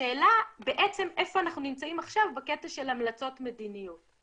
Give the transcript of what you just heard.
השאלה בעצם איפה אנחנו נמצאים עכשיו בקטע של המלצות מדיניות.